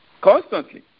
constantly